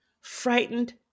frightened